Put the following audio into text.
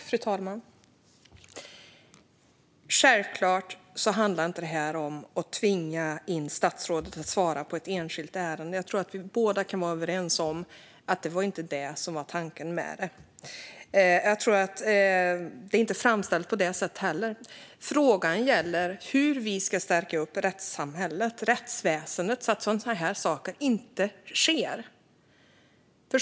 Fru talman! Självklart handlar det inte om att tvinga statsrådet att svara på frågor om ett enskilt ärende. Jag tror att vi båda kan vara överens om att det inte var det som var tanken med detta. Det är inte framställt på det sättet heller. Frågan gäller hur vi ska stärka rättssamhället och rättsväsendet så att sådana här saker inte sker.